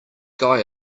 guy